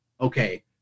okay